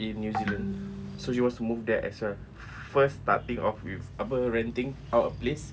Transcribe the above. in new zealand so she wants to move there as a first starting off with apa renting out a place